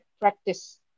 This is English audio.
practice